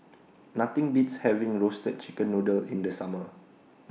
Nothing Beats having Roasted Chicken Noodle in The Summer